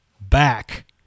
back